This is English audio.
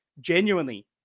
genuinely